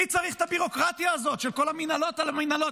מי צריך את הביורוקרטיה הזאת של כל המינהלות על המינהלות?